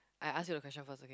I ask you the question first okay